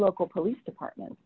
local police department